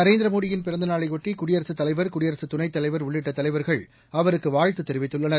நரேந்திரமோடியின் பிறந்த நாளையொட்டி குடியரசுத் தலைவர் குடியரசு துணைத்தலைவர் உள்ளிட்ட தலைவர்கள் அவருக்கு வாழ்த்து தெரிவித்துள்ளனர்